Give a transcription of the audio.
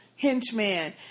henchman